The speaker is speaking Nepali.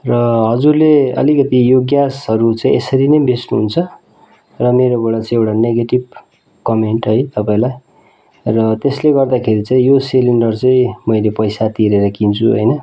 र हजुरले अलिकति यो ग्यासहरू चाहिँ यसरी नै बेच्नुहुन्छ र मेरोबाट चाहिँ एउटा नेगेटिभ कमेन्ट है तपाईँलाई र त्यसले गर्दाखेरि चाहिँ यो सिलिन्डर चाहिँ मैले पैसा तिरेर किन्छु होइन